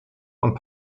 und